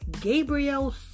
Gabriel